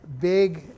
big